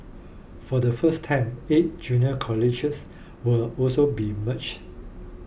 for the first time eight junior colleges will also be merge